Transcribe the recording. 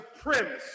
supremacist